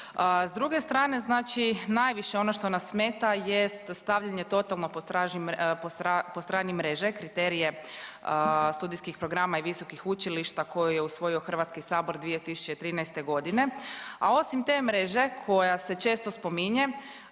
S druge strane znači najviše ono što nas smeta jest stavljanje totalno po strani mreže kriterije studijskih programa i visokih učilišta koje je usvojio Hrvatski sabor 2013. godine. A osim te mreže koja se često spominje